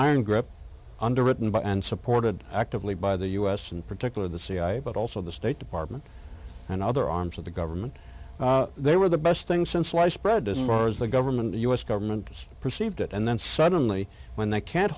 iron grip underwritten by and supported actively by the u s in particular the cia but also the state department and other arms of the government they were the best thing since sliced bread as far as the government the us government was perceived it and then suddenly when they can't